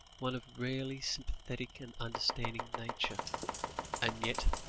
one of rarely sympathetic and understanding nature and yet,